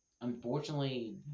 unfortunately